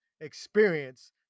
experience